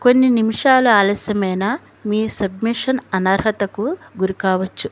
కొన్ని నిమిషాలు ఆలస్యమైనా మీ సబ్మిషన్ అనర్హతకు గురి కావొచ్చు